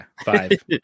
five